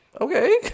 Okay